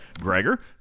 Gregor